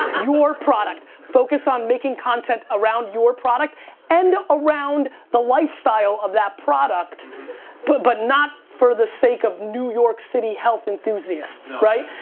your product, focus on making content around your product and around the lifestyle of that product but but not for the sake of new york city health enthusiasts. right?